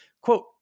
quote